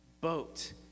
boat